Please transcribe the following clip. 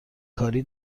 کاری